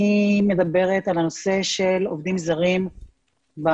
אני מדברת על הנושא של עובדים זרים במוסדות.